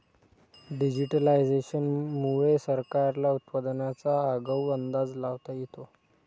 digitisation मुळे सरकारला उत्पादनाचा आगाऊ अंदाज लावता येतो